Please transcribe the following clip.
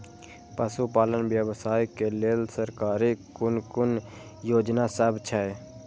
पशु पालन व्यवसाय के लेल सरकारी कुन कुन योजना सब छै?